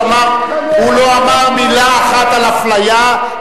חבר הכנסת זחאלקה, הוא לא אמר מלה אחת על אפליה.